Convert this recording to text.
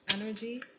energy